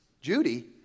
Judy